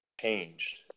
changed